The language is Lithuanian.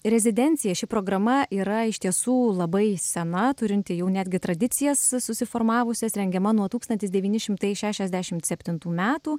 rezidencija ši programa yra iš tiesų labai sena turinti jau netgi tradicijas susiformavusias rengiama nuo tūkstantis devyni šimtai šešiasdešimt septintų metų